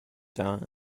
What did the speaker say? dawn